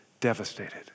devastated